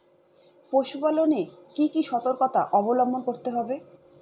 পশুপালন এ কি কি সর্তকতা অবলম্বন করতে হবে?